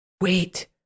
wait